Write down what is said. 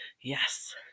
yes